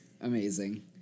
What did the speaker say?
Amazing